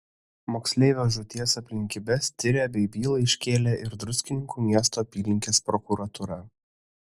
moksleivio žūties aplinkybes tiria bei bylą iškėlė ir druskininkų miesto apylinkės prokuratūra